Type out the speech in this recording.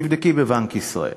תבדקי בבנק ישראל.